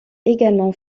également